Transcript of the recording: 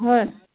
হয়